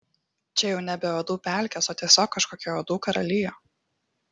čia jau nebe uodų pelkės o tiesiog kažkokia uodų karalija